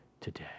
today